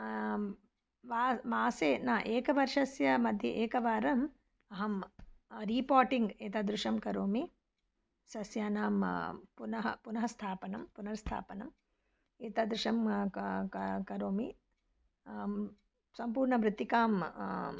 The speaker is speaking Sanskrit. वास् मासे न एकवर्षस्य मध्ये एकवारम् अहं रीपोटिङ्ग् एतादृशं करोमि सस्यानां पुनः पुनः स्थापनं पुनर्स्थापनं एतादृशं करोमि सम्पूर्णमृत्तिकां